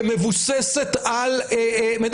שמבוססת על מידע.